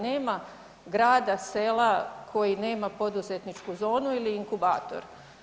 Nema grada, sela, koji nema poduzetničku zonu ili inkubator.